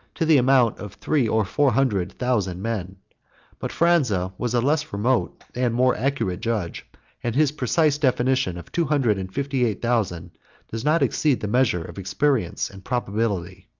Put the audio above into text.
to the amount of three or four hundred thousand men but phranza was a less remote and more accurate judge and his precise definition of two hundred and fifty-eight thousand does not exceed the measure of experience and probability.